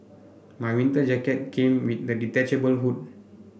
my winter jacket came with a detachable hood